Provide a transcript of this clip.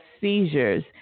seizures